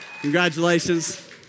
Congratulations